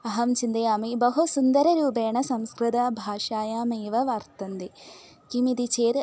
अहं चिन्तयामि बहु सुन्दररूपेण संस्कृतभाषायामेव वर्तन्ते किमिति चेद्